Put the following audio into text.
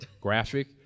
graphic